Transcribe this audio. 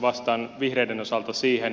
vastaan vihreiden osalta siihen